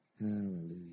Hallelujah